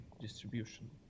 distribution